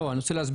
אני רוצה להסביר.